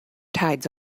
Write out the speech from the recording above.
tides